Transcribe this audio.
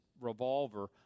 revolver